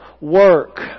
work